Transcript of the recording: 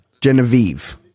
Genevieve